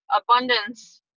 abundance